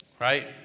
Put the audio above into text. Right